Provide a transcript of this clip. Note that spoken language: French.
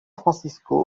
francisco